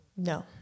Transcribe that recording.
No